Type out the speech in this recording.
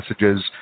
messages